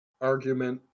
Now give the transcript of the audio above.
argument